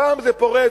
פעם זה פורץ